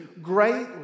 greatly